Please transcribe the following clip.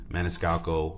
Maniscalco